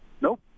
Nope